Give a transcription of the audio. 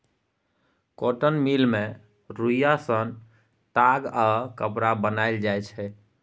cotton mill मे रुइया सँ ताग आ कपड़ा बनाएल जाइ छै